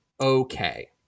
okay